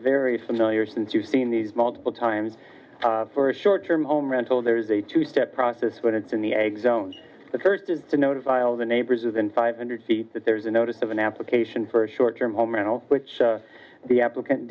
very familiar since you've seen these multiple times for a short term home rental there is a two step process but it's in the exit the first is to notify all the neighbors within five hundred feet that there is a notice of an application for a short term home rental which the applicant